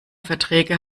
verträge